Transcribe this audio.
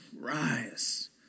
rise